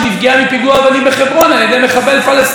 כולם צחקו על האישימאבן, הם התעסקו בפיגועי אבנים.